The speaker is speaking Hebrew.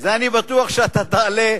אני בטוח שאתה תעלה,